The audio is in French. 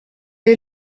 est